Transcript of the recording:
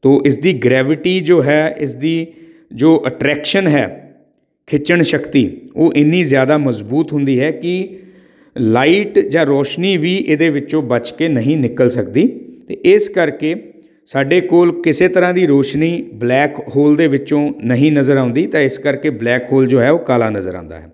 ਤੋ ਇਸ ਦੀ ਗਰੈਵਿਟੀ ਜੋ ਹੈ ਇਸਦੀ ਜੋ ਅਟਰੈਕਸ਼ਨ ਹੈ ਖਿੱਚਣ ਸ਼ਕਤੀ ਉਹ ਇੰਨੀ ਜ਼ਿਆਦਾ ਮਜਬੂਤ ਹੁੰਦੀ ਹੈ ਕਿ ਲਾਈਟ ਜਾਂ ਰੋਸ਼ਨੀ ਵੀ ਇਹਦੇ ਵਿੱਚੋਂ ਬਚ ਕੇ ਨਹੀਂ ਨਿਕਲ ਸਕਦੀ ਅਤੇ ਇਸ ਕਰਕੇ ਸਾਡੇ ਕੋਲ ਕਿਸੇ ਤਰ੍ਹਾਂ ਦੀ ਰੋਸ਼ਨੀ ਬਲੈਕ ਹੋਲ ਦੇ ਵਿੱਚੋਂ ਨਹੀਂ ਨਜ਼ਰ ਆਉਂਦੀ ਤਾਂ ਇਸ ਕਰਕੇ ਬਲੈਕ ਹੋਲ ਜੋ ਹੈ ਉਹ ਕਾਲਾ ਨਜ਼ਰ ਆਉਂਦਾ ਹੈ